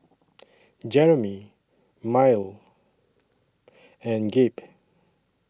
Jeromy Myrle and Gabe